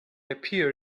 appear